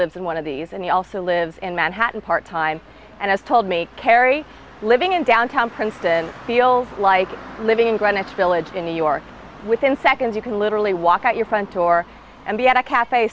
lives in one of these and he also lives in manhattan part time and has told me carrie living in downtown princeton feels like living in greenwich village in new york within seconds you can literally walk out your front door and be at a cafe